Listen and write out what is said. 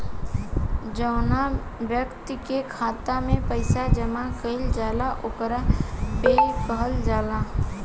जौवना ब्यक्ति के खाता में पईसा जमा कईल जाला ओकरा पेयी कहल जाला